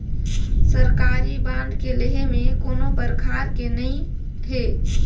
सरकारी बांड के लेहे में कोनो परकार के नइ हे